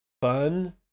fun